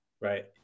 Right